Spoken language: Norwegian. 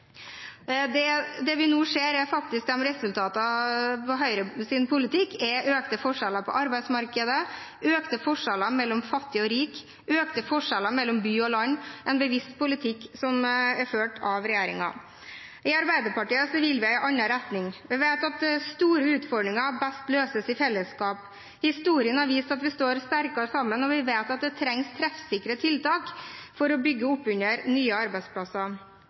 velferdssamfunn. Det vi nå ser, er faktisk at resultatene av Høyres politikk er økte forskjeller på arbeidsmarkedet, økte forskjeller mellom fattig og rik, økte forskjeller mellom by og land – en bevisst politikk som er ført av regjeringen. I Arbeiderpartiet vil vi i en annen retning. Vi vet at store utfordringer best løses i fellesskap. Historien har vist at vi står sterkere sammen, og vi vet at det trengs treffsikre tiltak for å bygge opp under nye arbeidsplasser.